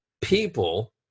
people